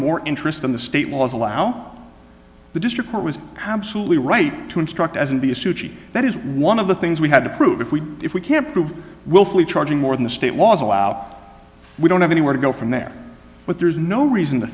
more interest than the state laws allow the district court was absolutely right to instruct as in be a suchi that is one of the things we had to prove if we if we can't prove willfully charging more than the state laws allow we don't have anywhere to go from there but there's no reason t